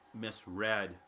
misread